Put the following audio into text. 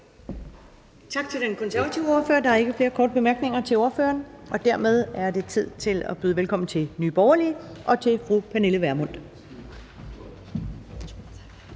Tak til den konservative ordfører. Der er ikke flere korte bemærkninger til ordføreren, og dermed er det tid til at byde velkommen til Nye Borgerlige og til fru Pernille Vermund.